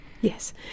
Yes